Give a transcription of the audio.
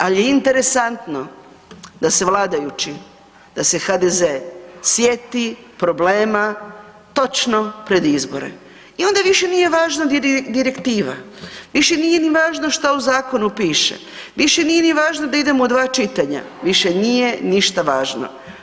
Ali je interesantno da se vladajući, da se HDZ sjeti problema točno pred izbore i onda više nije važna direktiva, više nije ni važno što u zakonu piše, više nije ni važno da idemo u dva čitanja, više nije ništa važno.